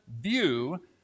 view